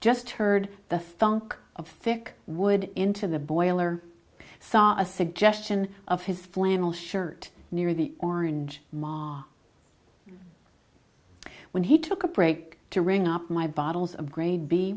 just heard the funk of vic wood into the boiler saw a suggestion of his flannel shirt near the orange ma when he took a break to ring up my bottles of gra